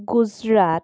Gujarat